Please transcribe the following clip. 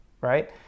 Right